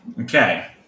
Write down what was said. Okay